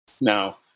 Now